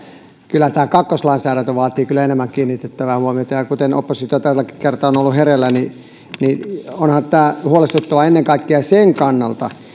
kyllähän tämä kakkoslainsäädäntö vaatii enemmän huomiota oppositio tälläkin kertaa on ollut hereillä ja onhan tämä huolestuttavaa ennen kaikkea sen kannalta